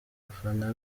bafana